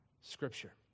Scripture